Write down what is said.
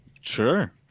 Sure